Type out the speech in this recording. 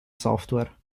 software